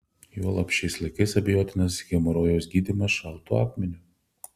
juolab šiais laikais abejotinas hemorojaus gydymas šaltu akmeniu